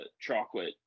chocolate